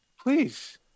Please